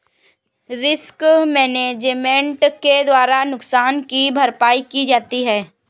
risk management के द्वारा नुकसान की भरपाई की जाती है